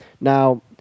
Now